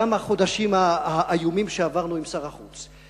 גם החודשים האיומים שעברנו עם שר החוץ,